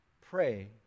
pray